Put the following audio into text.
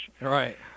Right